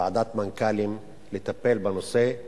ועדת מנכ"לים לטפל בנושא.